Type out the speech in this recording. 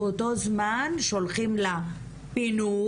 באותו זמן שולחים לה פינוי,